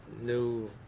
new